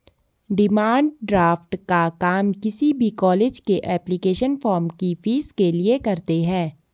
demand draft का काम किसी भी कॉलेज के एप्लीकेशन फॉर्म की फीस के लिए करते है